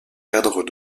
cadres